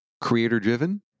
Creator-driven